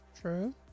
True